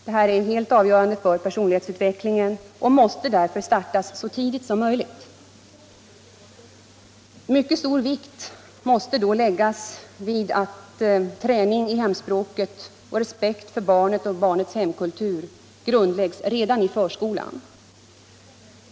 Detta är helt avgörande för personlighetsutvecklingen och måste därför startas så tidigt som möjligt. Mycket stor vikt måste då läggas vid att träning i hemspråket och respekt för barnet och dess hemkultur grundläggs redan i förskolan.